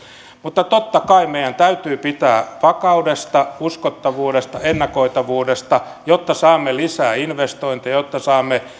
mutta totta kai meidän täytyy pitää kiinni vakaudesta uskottavuudesta ennakoitavuudesta jotta saamme lisää investointeja jotta saamme